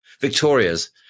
Victoria's